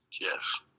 Yes